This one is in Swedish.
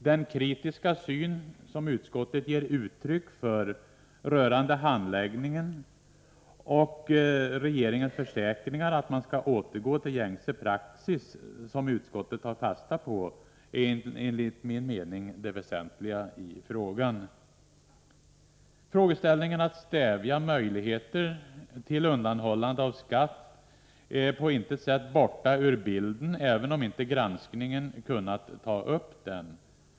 Den kritiska syn utskottet ger uttryck för rörande handläggningen och regeringens försäkringar att man skall återgå till gängse praxis som utskottet tar fasta på är enligt min mening det väsentliga i frågan. Frågeställningen när det gäller att stävja möjligheter till undanhållande av skatt är på intet sätt borta ur bilden även om granskningen inte kunnat ta upp den.